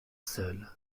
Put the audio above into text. seule